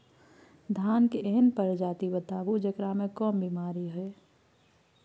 धान के एहन प्रजाति बताबू जेकरा मे कम बीमारी हैय?